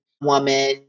woman